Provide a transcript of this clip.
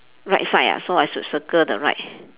right side ah so I should circle the right